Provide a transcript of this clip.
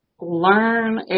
learn